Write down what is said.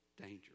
danger